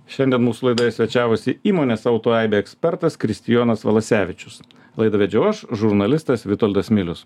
šiandien mūsų laidoje svečiavosi įmonės auto aibė ekspertas kristijonas valasevičius laidą vedžiau aš žurnalistas vitoldas milius